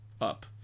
up